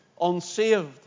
unsaved